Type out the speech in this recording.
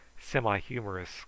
semi-humorous